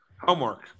homework